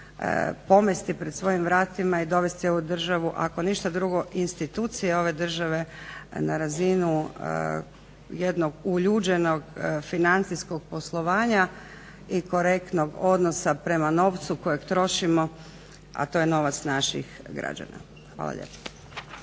pomesti pred svojim vratima i dovesti ovu državu, ako ništa drugo institucije ove države na razinu jednog uljuđenog financijskog poslovanja i korektnog odnosa prema novcu kojeg trošimo a to je novac naših građana. Hvala lijepo.